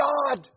God